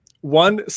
one